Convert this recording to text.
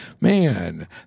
man